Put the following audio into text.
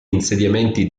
insediamenti